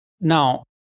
Now